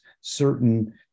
certain